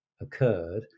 occurred